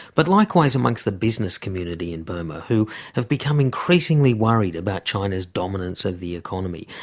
but likewise amongst the business community in burma, who have become increasingly worried about china's dominance of the economy.